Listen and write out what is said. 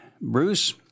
Bruce